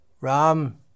Ram